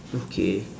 okay